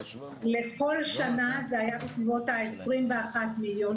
לכל שנה זה היה כ-21 מיליון,